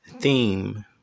theme